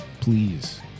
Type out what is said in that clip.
please